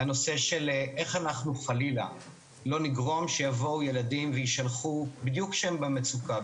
איך אנחנו חלילה לא נגרום לכך שיבואו ילדים ויישלחו בדיוק כשהם במצוקה,